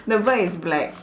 the bird is black